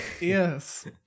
Yes